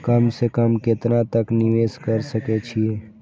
कम से कम केतना तक निवेश कर सके छी ए?